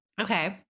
Okay